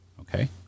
okay